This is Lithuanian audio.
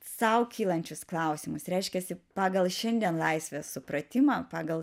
sau kylančius klausimus reiškiasi pagal šiandien laisvės supratimą pagal